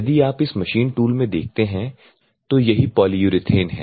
यदि आप इस मशीन टूल में देखते हैं तो यही पॉलीयुरेथेन है